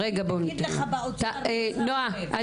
נועה,